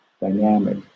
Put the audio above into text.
dynamic